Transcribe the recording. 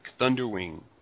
Thunderwing